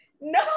no